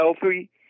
healthy